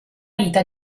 vita